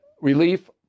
relief